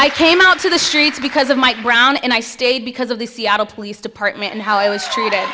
they came out to the streets because of my ground and i stayed because of the seattle police department and how i was treated